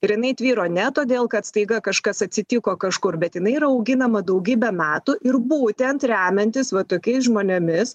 ir jinai tvyro ne todėl kad staiga kažkas atsitiko kažkur bet jinai yra auginama daugybę metų ir būtent remiantis va tokiais žmonėmis